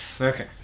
Okay